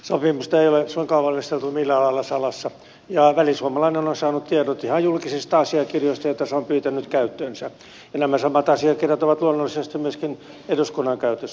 sopimusta ei ole suinkaan valmisteltu millään lailla salassa ja välisuomalainen on saanut tiedot ihan julkisista asiakirjoista joita se on pyytänyt käyttöönsä ja nämä samat asiakirjat ovat luonnollisesti myöskin eduskunnan käytössä